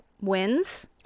wins